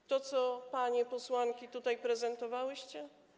W tym, co panie posłanki tutaj prezentowałyście?